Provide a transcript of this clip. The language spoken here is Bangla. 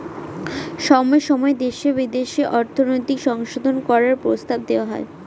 সময় সময় দেশে বিদেশে অর্থনৈতিক সংশোধন করার প্রস্তাব দেওয়া হয়